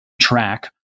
track